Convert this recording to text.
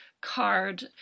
card